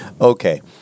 Okay